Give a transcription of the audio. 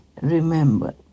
Remember